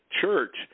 church